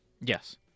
Yes